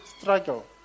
struggle